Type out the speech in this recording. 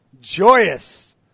joyous